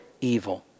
Evil